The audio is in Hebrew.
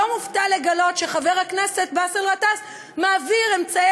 לא מופתע לגלות שחבר הכנסת באסל גטאס מעביר אמצעי